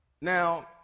Now